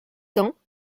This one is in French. cents